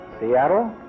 Seattle